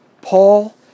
Paul